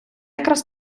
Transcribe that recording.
якраз